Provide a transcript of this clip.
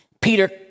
Peter